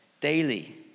daily